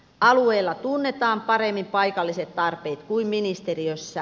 alueella tunnetaan paremmin paikalliset tarpeet kuin ministeriössä